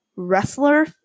Wrestler